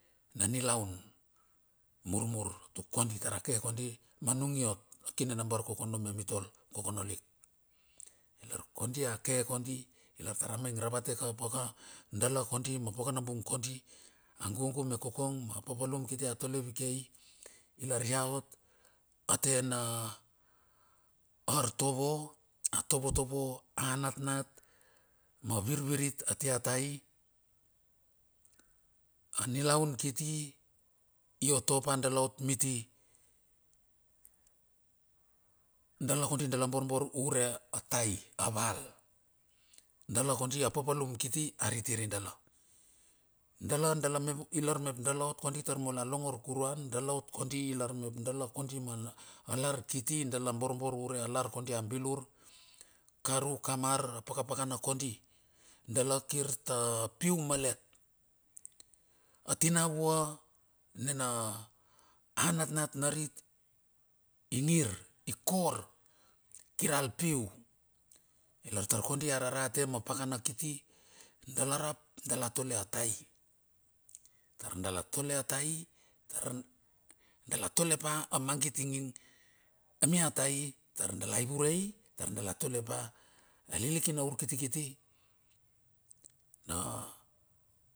Na nilaun murmur tukondi tar ke kondi manung i ot. A kine na barkokono me mitol kokono lik. Ilar kondi a ke kondi. Ilar tara maing ravate kapa ka dala kondi ma paka na bung kodi. A gugu me kokong ma papulum kiti atole vike i lar ia ot a tena ortovo. A tovotovo a natnat ma virvirita atia tai. A nilaun kiti iot topa dala ot miti. Dala kodi dala borbor ure a tai a val. Dala kondi a papalum kiti ariti ridala. Dala dala i lar mep dala ot kondi tar mula longor kuruana dala ot kondi ilar mep dala kondi malar kiti dala borbor ure a lar kondi a bilur karu kamar a pakapaka na kodi. Dala kir ta piu malet. A tinavua nina a natnat narit ingir i kor kiral piu. Ilar tar kondi ararate mapakana kiti. Dala i rap dala tole a tai. Tar dala tole a tai, tar dala to le pa amangit ing mia tai. Tar dala ivurei tar dala tole pa a likina urkitikiti.